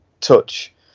touch